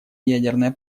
ядерная